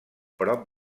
prop